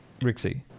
Rixie